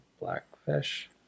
Blackfish